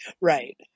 right